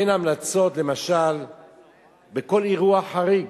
אין המלצות למשל בכל אירוע חריג,